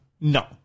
No